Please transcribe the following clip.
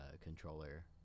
controller